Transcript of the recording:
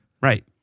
right